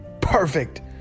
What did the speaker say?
Perfect